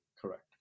correct